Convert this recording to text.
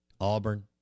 Auburn